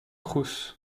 cruz